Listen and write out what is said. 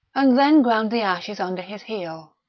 and then ground the ashes under his heel.